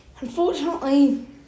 Unfortunately